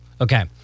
Okay